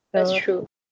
that's true